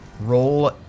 Roll